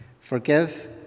Forgive